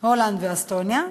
הולנד ואסטוניה,